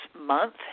month